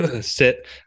sit